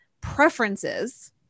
preferences